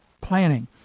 planning